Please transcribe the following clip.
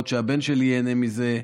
יכול להיות שהבן שלי ייהנה מזה,